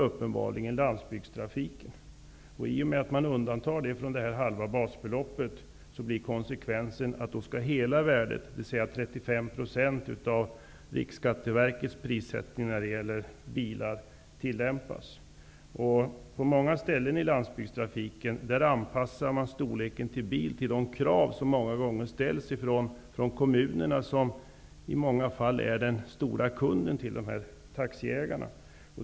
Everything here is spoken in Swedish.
I och med att landsvägstrafiken undantas från möjligheten till ett halvt basbelopp blir konsekvensen att hela värdet, dvs. 35e% av I många fall anpassar man storleken på bil när det gäller landsvägstrafiken till de krav som ofta ställs från kommunens sida, vilken många gånger är den stora kunden till de här taxiägarna.